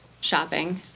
shopping